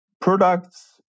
products